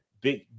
Big